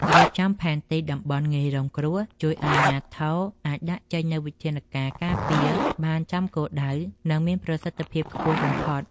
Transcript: រៀបចំផែនទីតំបន់ងាយរងគ្រោះជួយឱ្យអាជ្ញាធរអាចដាក់ចេញនូវវិធានការការពារបានចំគោលដៅ និង មានប្រសិទ្ធភាពខ្ពស់បំផុត។